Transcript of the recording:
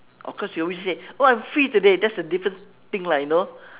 of course we always say oh I am free today that's a different thing lah you know